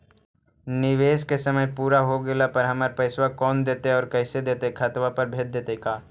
निवेश के समय पुरा हो गेला पर हमर पैसबा कोन देतै और कैसे देतै खाता पर भेजतै का?